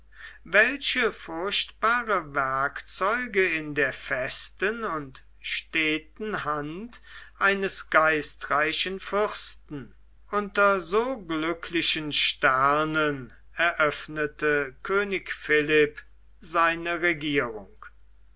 welche furchtbare werkzeuge in der festen und steten hand eines geistreichen fürsten unter so glücklichen sternen eröffnete könig philipp seine regierung